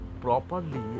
properly